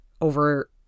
over